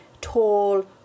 tall